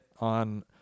on